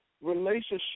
relationship